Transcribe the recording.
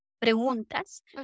preguntas